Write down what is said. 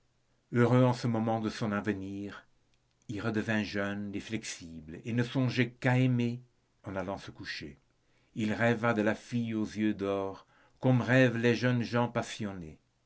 heureux en ce moment de son avenir il redevint jeune et flexible et ne songeait qu'à aimer en allant se coucher il rêva de la fille aux yeux d'or comme rêvent les jeunes gens passionnés